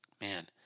Man